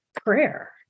prayer